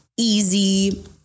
Easy